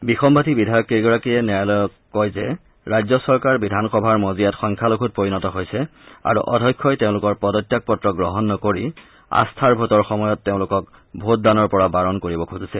বিসন্নাদী বিধায়ককেইগৰাকীয়ে ন্যায়ালয়ক কয় যে ৰাজ্য চৰকাৰ বিধানসভাৰ মজিয়াত সংখ্যালঘুত পৰিণত হৈছে আৰু অধ্যক্ষই তেওঁলোকৰ পদত্যাগ পত্ৰ গ্ৰহণ নকৰি আস্থাৰ ভোটৰ সময়ত তেওঁলোকক ভোটদানৰ পৰা বাৰণ কৰিব খুজিছে